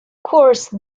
course